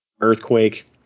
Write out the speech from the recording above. earthquake